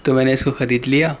تو میں نے اس کو خرید لیا